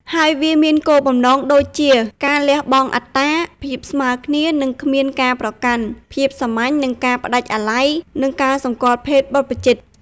ហើយវាមានគោលបំណងដូចជា ការលះបង់អត្តា ភាពស្មើគ្នា និងគ្មានការប្រកាន់ ភាពសាមញ្ញ និងការផ្តាច់អាល័យ និងការសម្គាល់ភេទបព្វជិត។